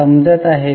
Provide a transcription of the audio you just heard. समजत आहे का